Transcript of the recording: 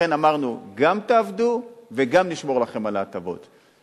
לכן אמרנו: גם תעבדו וגם נשמור לכן על ההטבות.